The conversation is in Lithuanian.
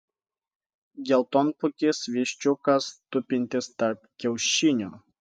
geltonpūkis viščiukas tupintis tarp kiaušinių